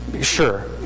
Sure